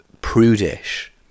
prudish